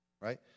Right